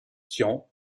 tian